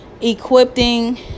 equipping